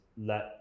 let